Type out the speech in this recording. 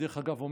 דרך אגב,